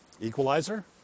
equalizer